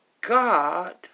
God